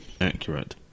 accurate